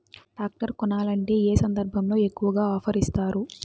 Tractor కొనాలంటే ఏ సందర్భంలో ఎక్కువగా ఆఫర్ ఇస్తారు?